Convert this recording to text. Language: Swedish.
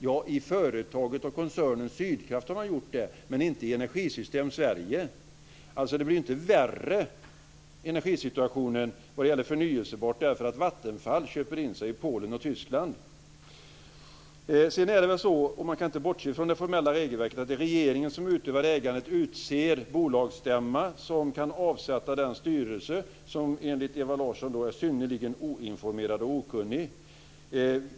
Ja, i koncernen Sydkraft har man ökat andelen förnybar energi, men inte i energisystemet Sverige. Energisituationen blir inte värre därför att Vattenfall köper in sig i Polen och Tyskland. Man kan inte bortse från det formella regelverket. Det är regeringen som utövar ägandet och utser bolagsstämma, som kan avsätta den styrelse som enligt Ewa Larsson är synnerligen oinformerad och okunnig.